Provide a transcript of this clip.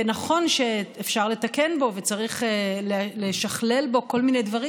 ונכון שאפשר לתקן בו וצריך לשכלל בו כל מיני דברים,